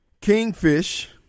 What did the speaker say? kingfish